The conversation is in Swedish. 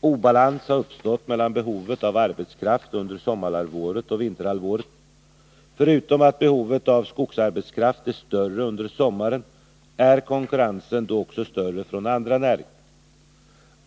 Obalans har uppstått mellan behovet av arbetskraft under sommarhalvåret och under vinterhalvåret. Förutom att behovet av skogsarbetskraft är större under sommaren är konkurrensen då också större från andra näringar.